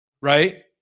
right